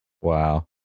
wow